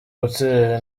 gutsinda